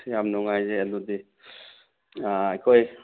ꯌꯥꯝ ꯅꯨꯡꯉꯥꯏꯖꯩ ꯑꯗꯨꯗꯤ ꯑꯩꯈꯣꯏ